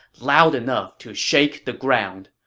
loud enough to shake the ground.